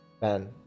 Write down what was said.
Ben